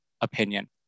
opinion